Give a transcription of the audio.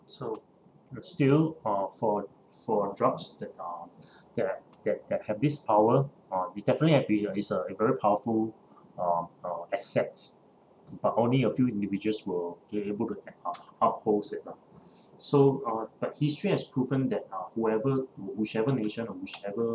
so but still uh for for drugs that are that that that have this power uh it definitely have be a it's a a very powerful uh uh assets but only a few individuals will be able to ac~ uh upholds it lah so uh but history has proven that uh whoever whichever nation or whichever